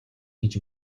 гэж